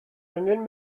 angen